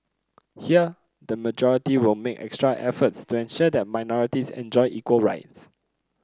here the majority will make extra efforts to ensure that minorities enjoy equal rights